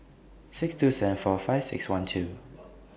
six two seven four five six one two